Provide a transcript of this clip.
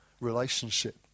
relationship